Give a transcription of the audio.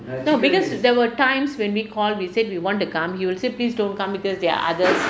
no because there were times when we call we said we want to come he will say please don't come because there are others